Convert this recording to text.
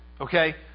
okay